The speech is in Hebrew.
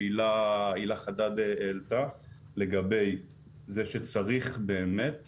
לגבי זה שצריך באמת לדעת איך ומה לעשות,